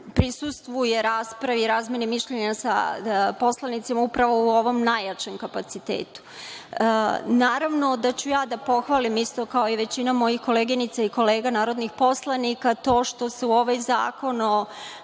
prisustvuje raspravi i razmeni mišljenja sa poslanicima upravo u ovom najjačem kapacitetu. Naravno da ću da pohvalim isto kao i većina mojih koleginica i kolega narodnih poslanika to što se u ovaj Zakon o